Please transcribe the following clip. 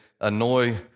annoy